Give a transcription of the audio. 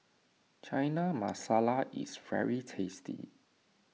Chana Masala is very tasty